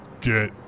get